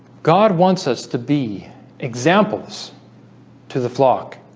god wants us to be examples to the flock